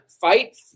fight